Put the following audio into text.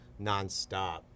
nonstop